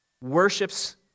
worships